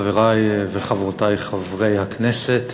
חברי וחברותי חברי הכנסת,